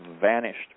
vanished